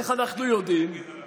איך אנחנו יודעים?